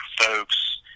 Folks